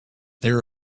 there